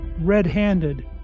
Red-Handed